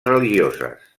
religioses